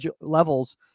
levels